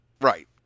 Right